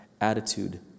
attitude